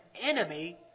enemy